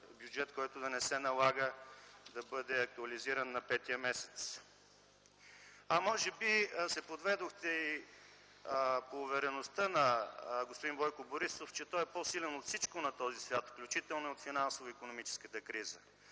бюджет, който да не се налага да бъде актуализиран на петия месец. А може би се подведохте и по увереността на господин Бойко Борисов, че той е по-силен от всичко на този свят, включително от финансово-икономическата криза.